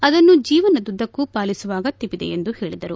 ಅದನ್ನು ಜೀವನದುದ್ದಕ್ಕೂ ಪಾಲಿಸುವ ಅಗತ್ಯವಿದೆ ಎಂದು ಹೇಳಿದರು